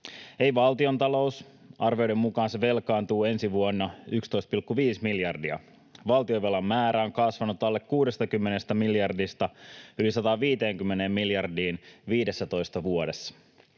Ei valtiontalous: Arvioiden mukaan se velkaantuu ensi vuonna 11,5 miljardia. Valtionvelan määrä on kasvanut alle 60 miljardista yli 150 miljardiin 15 vuodessa.